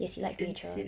yes he likes nature